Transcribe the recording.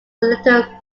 little